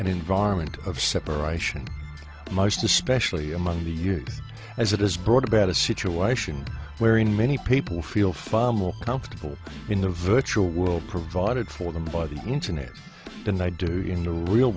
an environment of separation most especially among the years as it has brought about a situation wherein many people feel far more comfortable in the virtual world provided for them by the internet than i do in the real